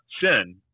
sin